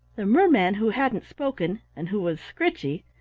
the merman who hadn't spoken, and who was scritchy,